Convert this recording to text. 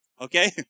Okay